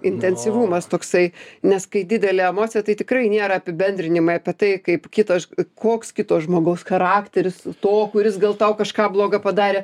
intensyvumas toksai nes kai didelė emocija tai tikrai nėra apibendrinimai apie tai kaip kitos koks kito žmogaus charakteris to kuris gal tau kažką bloga padarė